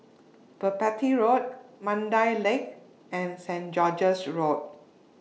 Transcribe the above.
Merpati Road Mandai Lake and Saint George's Road